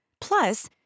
Plus